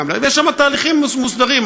יש שם תהליכים מוסדרים,